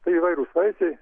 tai įvairūs vaisiai